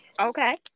okay